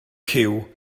cyw